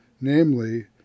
namely